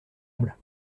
table